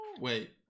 wait